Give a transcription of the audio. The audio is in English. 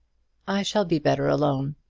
i shall be better alone.